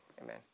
amen